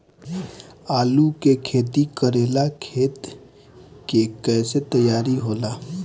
आलू के खेती करेला खेत के कैसे तैयारी होला?